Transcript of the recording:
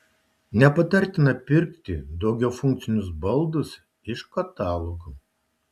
nepatartina pirkti daugiafunkcius baldus iš katalogų